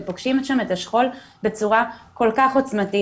פוגשים שם את השכול בצורה כל כך עוצמתית,